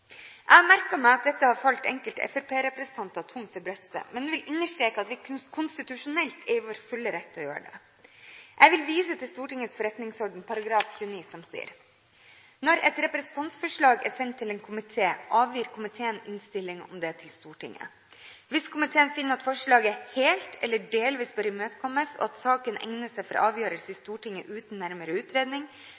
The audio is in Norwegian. Jeg har merket meg at dette har falt enkelte fremskrittspartirepresentanter tungt for brystet, men vi understreker at vi konstitusjonelt er i vår fulle rett til å gjøre det. Jeg vil vise til Stortingets forretningsordens § 29, som sier: «Når et representantforslag er sendt til en komité, avgir komiteen innstilling om det til Stortinget. Hvis komiteen finner at forslaget helt eller delvis bør imøtekommes og at saken egner seg for avgjørelse i